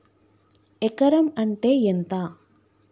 ఎకరం అంటే ఎంత?